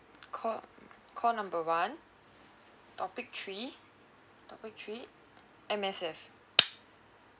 call call number one topic three topic three M_S_F